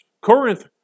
Corinth